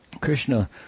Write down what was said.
Krishna